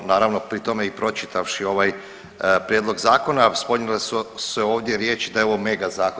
Naravno pri tome i pročitavši ovaj prijedlog zakona spominjale su se ovdje riječi da je ovo mega zakon.